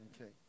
Okay